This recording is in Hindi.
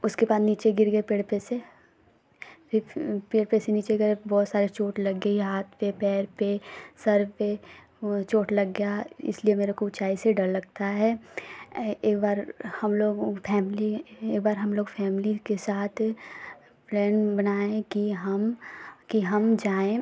उसके बाद नीचे गिर गए पेड़ पर से फिर पेड़ पे से नीचे गए बहुत सारे चोट लग गई हाथ पर पैर पर सर पर ओ चोट लग गया इसलिए मेरे को ऊँचाई से डर लगता है एक बार हम लोग फॅमिली एक बार हम लोग फॅमिली के साथ प्लैन बनाए कि हम कि हम जाएँ